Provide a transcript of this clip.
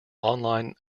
online